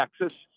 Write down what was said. Texas